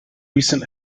recent